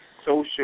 social